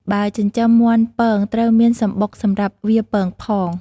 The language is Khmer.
បើចិញ្ចឹមមាន់ពង ត្រូវមានសំបុកសម្រាប់វាពងផង។